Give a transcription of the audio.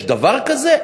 יש דבר כזה?